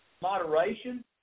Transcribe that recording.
moderation